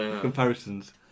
comparisons